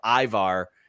Ivar